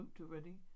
already